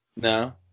No